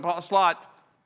slot